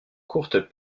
courtes